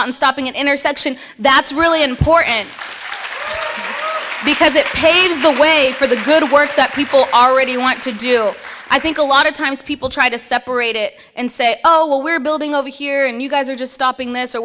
on stopping an intersection that's really important because it paves the way for the good work that people already want to do i think a lot of times people try to separate it and say oh well we're building over here and you guys are just stopping this or